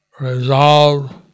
resolve